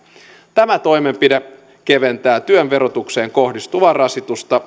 tämä toimenpide keventää työn verotukseen kohdistuvaa rasitusta